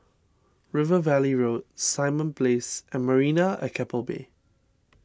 River Valley Road Simon Place and Marina at Keppel Bay